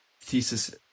Thesis